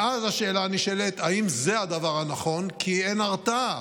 ואז נשאלת השאלה אם זה הדבר הנכון, כי אין הרתעה.